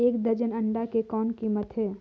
एक दर्जन अंडा के कौन कीमत हे?